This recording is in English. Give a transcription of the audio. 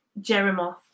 Jeremoth